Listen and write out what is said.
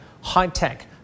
high-tech